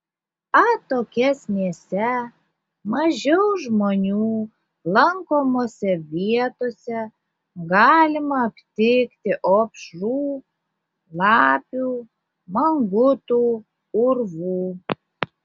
atokesnėse mažiau žmonių lankomose vietose galima aptikti opšrų lapių mangutų urvų